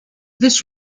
this